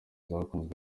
zakunzwe